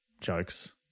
jokes